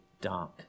dark